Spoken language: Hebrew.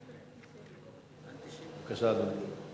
בבקשה, אדוני.